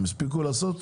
הם הספיקו לעשות?